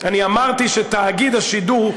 אני אמרתי שתאגיד השידור,